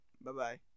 Bye-bye